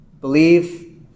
Believe